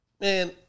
man